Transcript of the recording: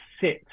sit